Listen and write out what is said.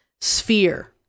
sphere